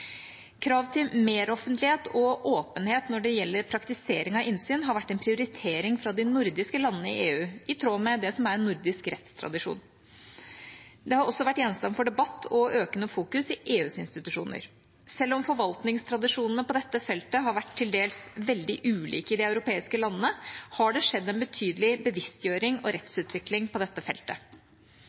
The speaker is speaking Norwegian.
Krav til meroffentlighet og åpenhet når det gjelder praktisering av innsyn, har vært en prioritering fra de nordiske landene i EU, i tråd med det som er nordisk rettstradisjon. Det har også vært gjenstand for debatt og økende fokus i EUs institusjoner. Selv om forvaltningstradisjonene på dette feltet har vært til dels veldig ulike i de europeiske landene, har det skjedd en betydelig bevisstgjøring og rettsutvikling på dette feltet.